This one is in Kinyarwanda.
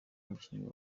umukinnyi